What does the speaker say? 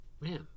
Man